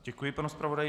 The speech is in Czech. Děkuji panu zpravodaji.